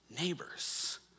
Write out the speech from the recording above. neighbors